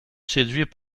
séduit